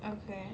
okay